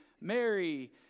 Mary